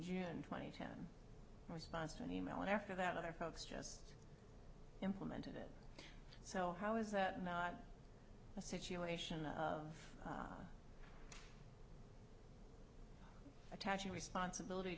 june twentieth him response to an e mail and after that other folks just implemented it so how is that not a situation of attaching responsibility